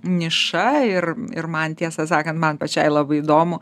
niša ir ir man tiesą sakant man pačiai labai įdomu